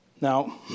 Now